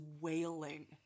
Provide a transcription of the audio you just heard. wailing